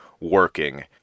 working